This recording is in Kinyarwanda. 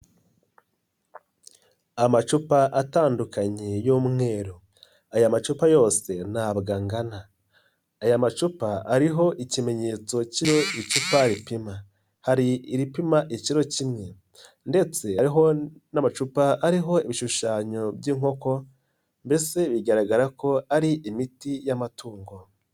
Amacupa atandukanye y'umweru aya macupa yose ntabwo angana, aya macupa ariho ikimenyetso kimwe icupa ripima, hari iripima ikiro kimwe ndetse n'amacupa ariho ibishushanyo by'inkoko, mbese bigaragara ko ari imiti y'amatungo